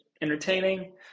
entertaining